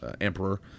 emperor